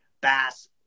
bass